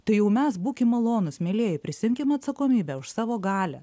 tai jau mes būkim malonūs mielieji prisiimkim atsakomybę už savo galią